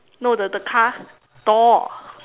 no the the car door